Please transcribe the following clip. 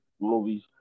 movies